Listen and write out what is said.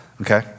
okay